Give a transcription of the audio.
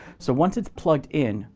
so once it's plugged in,